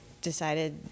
Decided